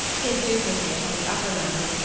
his duplicate, on the upper landing,